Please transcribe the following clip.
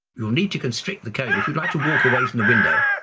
you'll need to constrict the cone. if you'd like to walk away from the window.